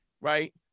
Right